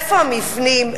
איפה המבנים,